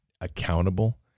accountable